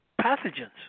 pathogens